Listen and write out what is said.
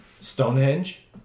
Stonehenge